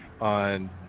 on